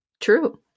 True